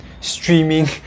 streaming